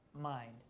mind